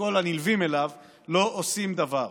וכל הנלווים אליו לא עושים דבר.